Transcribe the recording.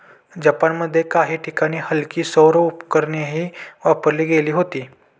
जपानमध्ये काही ठिकाणी हलकी सौर उपकरणेही वापरली गेली होती